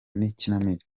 n’ikinamico